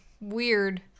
weird